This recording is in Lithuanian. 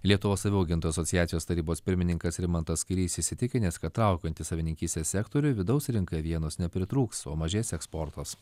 lietuvos avių augintojų asociacijos tarybos pirmininkas rimantas kairys įsitikinęs kad traukiantis avininkystės sektoriui vidaus rinkai avienos nepritrūks o mažės eksportas